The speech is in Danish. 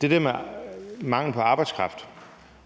det der med mangel på arbejdskraft,